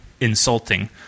Insulting